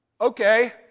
Okay